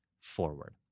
forward